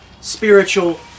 spiritual